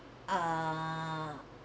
uh